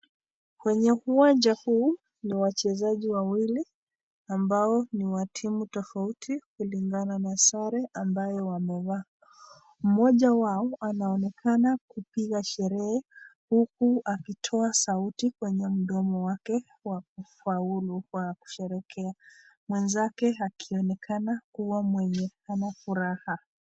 Kwenye uwanja huu ni wachezaji wawili ambao ni wa timu tofauti kulingana na sare ambayo wamevaa. Mmoja wao anaonekana kupiga sherehe huku akitoa sauti kwenye mdomo wake wa kufaulu kwa kusherehekea. Mwenzake akionekana kuwa mwenye hana furaha.